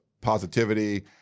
positivity